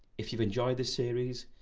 if you've enjoyed this series,